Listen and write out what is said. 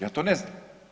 Ja to ne znam.